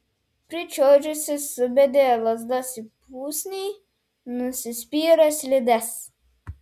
pričiuožusi subedė lazdas į pusnį nusispyrė slides